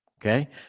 okay